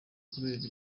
kubera